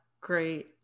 great